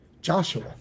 Joshua